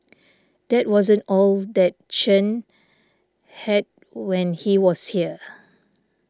that wasn't all that Chen had when he was here